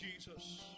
Jesus